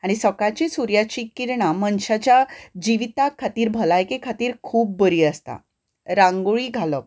आनी सकाळचीं सुर्याचीं किर्णा मनशाच्या जिविता खातीर भलायके खातीर खूब बरी आसता रांगोळी घालप